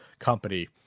Company